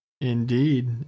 indeed